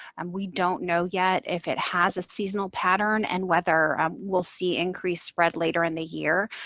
and we don't know yet if it has a seasonal pattern and whether um we'll see increased spread later in the year,